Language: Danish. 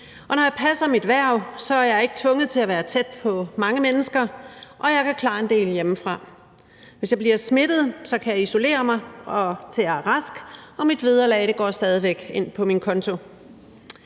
når jeg passer mit hverv, er jeg ikke tvunget til at være tæt på mange mennesker, og jeg kan klare en del hjemmefra. Hvis jeg bliver smittet, kan jeg isolere mig, til jeg er rask, og mit vederlag går stadig væk ind på min konto.